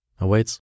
awaits